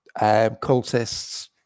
cultists